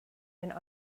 and